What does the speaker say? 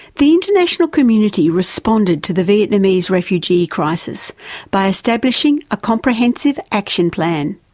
the international community responded to the vietnamese refugee crisis by establishing a comprehensive action plan.